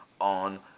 on